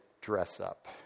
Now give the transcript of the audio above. dress-up